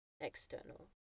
external